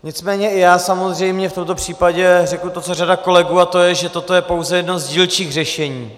Nicméně i já samozřejmě v tomto případě řeknu to, co řada kolegů, a to je to, že toto je pouze jedno z dílčích řešení.